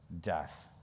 death